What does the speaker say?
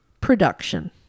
production